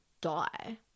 die